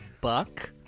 buck